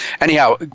Anyhow